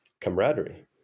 camaraderie